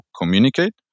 communicate